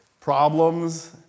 problems